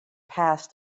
passed